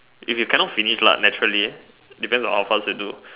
if you cannot finish lah naturally depends on how fast you do